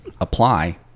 apply